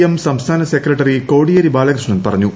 M സംസ്ഥാന secretary Kodiyeri Balakrishnan പറഞ്ഞു